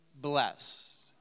blessed